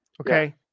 Okay